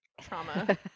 Trauma